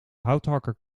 houthakker